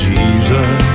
Jesus